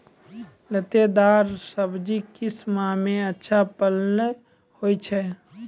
लतेदार दार सब्जी किस माह मे अच्छा फलन होय छै?